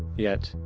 yet,